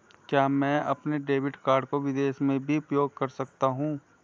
क्या मैं अपने डेबिट कार्ड को विदेश में भी उपयोग कर सकता हूं?